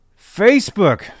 Facebook